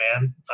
man